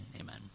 Amen